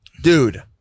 dude